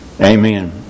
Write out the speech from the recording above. Amen